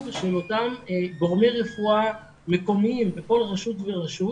של אותם גורמי רפואה מקומיים בכל רשות ורשות